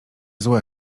złe